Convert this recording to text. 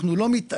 אנחנו לא מתעלמים,